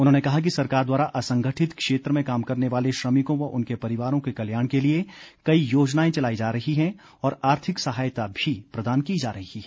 उन्होंने कहा कि सरकार द्वारा असंगठित क्षेत्र में काम करने वाले श्रमिकों व उनके परिवारों के कल्याण के लिए कई योजनाएं चलाई जा रही हैं और आर्थिक सहायता भी प्रदान की जा रही है